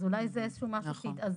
אז אולי זה איזה שהוא משהו שיתאזן.